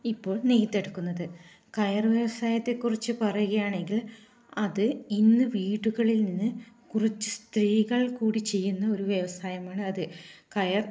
ഇപ്പോൾ നെയ്തെടുക്കുന്നത് കയർ വ്യവസായത്തെ കുറിച്ച് പറയുകയാണെങ്കിൽ അത് ഇന്ന് വീടുകളിൽ നിന്ന് കുറച്ചു സ്ത്രീകൾ കൂടി ചെയ്യുന്ന ഒരു വ്യവസായമാണ് അത് കയർ